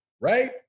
right